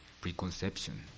preconception